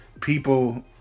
people